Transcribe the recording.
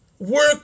work